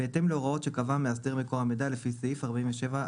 בהתאם להוראות שקבע מאסדר מקור המידע לפי סעיף 47(א)(3).